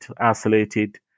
isolated